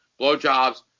blowjobs